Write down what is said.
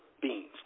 beings